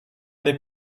des